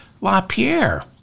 LaPierre